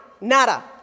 nada